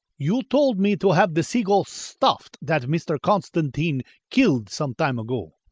you told me to have the sea-gull stuffed that mr. constantine killed some time ago.